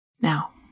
Now